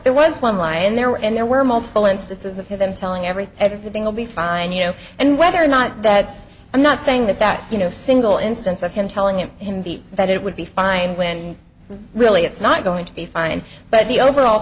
there was one lie in there and there were multiple instances of him telling everything everything will be fine you know and whether or not that's i'm not saying that that you know a single instance of him telling him that it would be fine when really it's not going to be fine but the overall